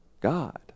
God